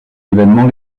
évènements